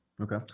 Okay